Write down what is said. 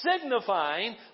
signifying